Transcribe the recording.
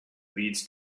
leads